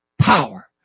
power